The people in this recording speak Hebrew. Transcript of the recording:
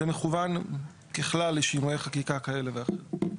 זה מכוון ככלל לשינויי חקיקה כאלה ואחרים.